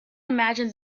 imagine